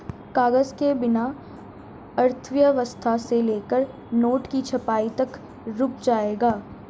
कागज के बिना अर्थव्यवस्था से लेकर नोट की छपाई तक रुक जाएगा